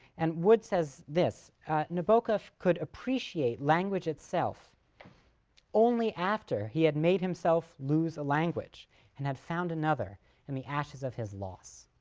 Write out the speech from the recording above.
and wood says this nabokov could appreciate language itself only after he had made himself lose a language and had found another in and the ashes of his loss.